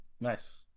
Nice